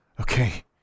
Okay